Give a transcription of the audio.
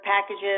packages